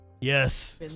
Yes